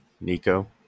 Nico